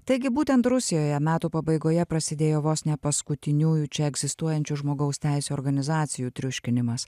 taigi būtent rusijoje metų pabaigoje prasidėjo vos ne paskutiniųjų čia egzistuojančių žmogaus teisių organizacijų triuškinimas